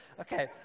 Okay